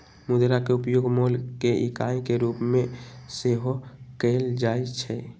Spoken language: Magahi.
मुद्रा के उपयोग मोल के इकाई के रूप में सेहो कएल जाइ छै